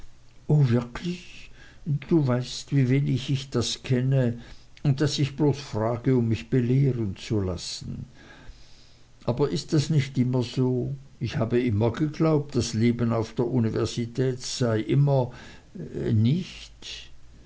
wirklich du weißt wie wenig ich das kenne und daß ich bloß frage um mich belehren zu lassen aber ist das nicht immer so ich habe immer geglaubt das leben auf der universität sei immer nicht